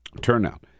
turnout